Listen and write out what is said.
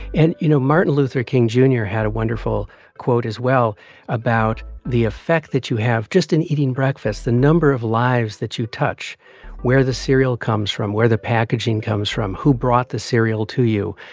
and, you know, martin luther king jr. had a wonderful quote as well about the effect that you have just in eating breakfast the number of lives that you touch where the cereal comes from, where the packaging comes from, who brought the cereal to you,